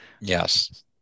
Yes